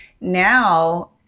Now